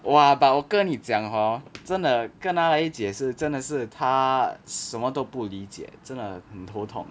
!wah! but 我跟你讲 hor 真的跟她解释真的是她什么都不理解真的很头疼